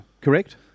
correct